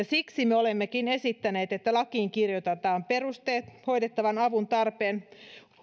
siksi me olemmekin esittäneet että lakiin kirjoitetaan perusteet hoidettavan avuntarpeen